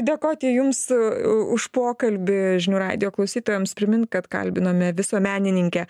dėkoti jums u už pokalbį žinių radijo klausytojams primint kad kalbinome visuomenininkę